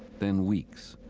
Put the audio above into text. then weeks.